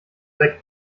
weg